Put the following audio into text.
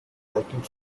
working